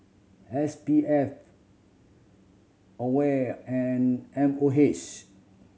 S P F AWARE and M O H